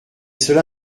cela